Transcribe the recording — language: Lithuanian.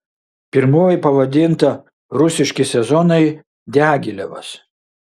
pirmoji pavadinta rusiški sezonai diagilevas